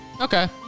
Okay